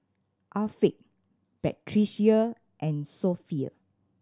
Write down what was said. Afiq Batrisya and Sofea